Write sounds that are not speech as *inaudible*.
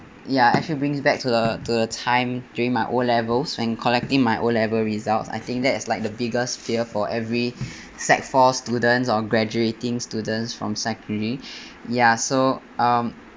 ya actually brings back to the to the time during my O levels and collecting my O level result I think that is like the biggest fear for every *breath* sec four students or graduating students from secondary ya so um